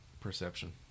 perception